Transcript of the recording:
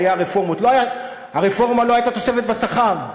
"היו רפורמות" הרפורמה לא הייתה תוספת לשכר.